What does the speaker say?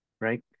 right